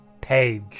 page